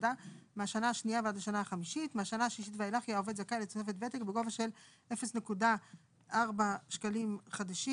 לעובד ניקיון שמועסק 6 ימים בשבוע (באחוזים/שקלים חדשים)